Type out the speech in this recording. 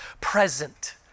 present